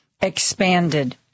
expanded